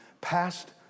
Past